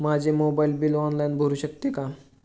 मी माझे mobile bill online भरू शकते का?